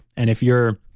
and if you're